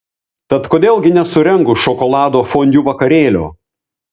tad kodėl gi nesurengus šokolado fondiu vakarėlio